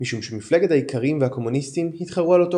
משום שמפלגת האיכרים והקומוניסטים התחרו על אותו